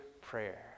prayer